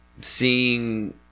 Seeing